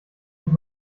ich